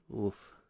Oof